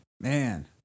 man